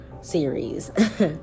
series